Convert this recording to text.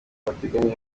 bateganya